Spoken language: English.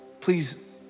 Please